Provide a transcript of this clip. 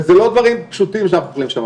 וזה לא דברים פשוטים שאנחנו אוכלים שם,